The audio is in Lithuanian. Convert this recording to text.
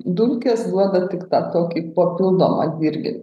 dulkės duoda tik tą tokį papildomą irgi